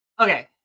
Okay